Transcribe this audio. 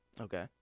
Okay